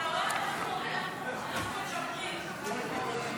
הוא מקבל סוכריה --- חברי הכנסת,